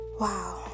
Wow